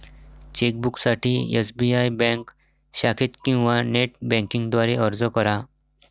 चेकबुकसाठी SBI bank शाखेत किंवा नेट बँकिंग द्वारे अर्ज करा